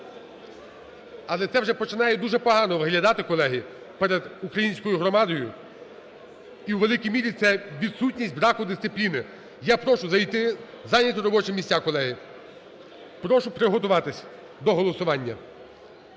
Але це вже починає дуже погано виглядати, колеги, перед українською громадою і у великій мірі це відсутність браку дисципліни. Я прошу зайти, зайняти робочі місця. Колеги, прошу приготуватись до голосування.